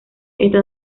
esta